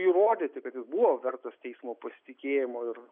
įrodyti kad jis buvo vertas teismo pasitikėjimo ir